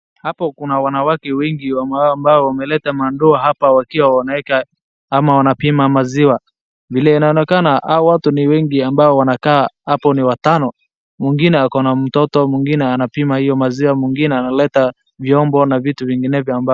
Hapo kuna wanawake wengi ama ambao wameleta mandoo hapa wakiwa wanaweka ama wanapima maziwa. Vile inaonekana hawa watu ni wengi ambao wanakaa hapo ni watano, mwingine ako na mtoto, mwingine anapima hiyo maziwa, mwingine analeta vyombo na vitu vinginevyo ambavyo,,,,,